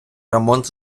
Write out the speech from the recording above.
ремонт